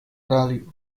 radio